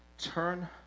turn